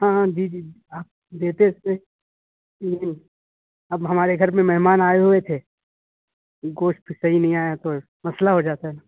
ہاں ہاں جی جی آپ دیتے تھے لیکن اب ہمارے گھر میں مہمان آئے ہوئے تھے گوشت صحیح نہیں آیا تو مسئلہ ہو جاتا ہے